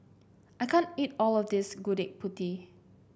I can't eat all of this Gudeg Putih